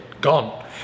gone